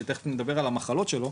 שתיכף נדבר על המחלות שלו,